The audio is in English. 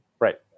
Right